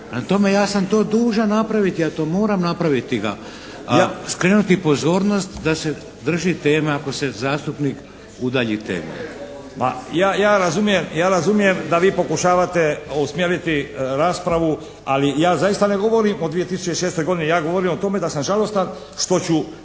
ja razumijem da vi pokušavate usmjeriti raspravu ali ja zaista ne govorim o 2006. godini. Ja govorim o tome da sam žalostan što ću